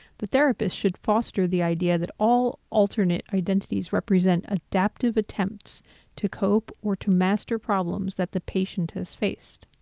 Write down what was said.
the therapist should foster the idea that all alternate identities represent adaptive attempts to cope or to master problems that the patient has faced.